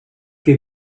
que